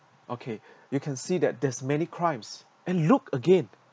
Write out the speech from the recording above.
okay you can see that there's many crimes and look again